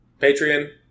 Patreon